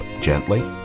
gently